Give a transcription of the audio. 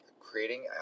creating